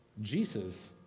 Jesus